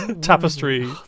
Tapestry